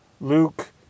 Luke